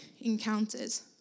encounters